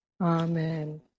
Amen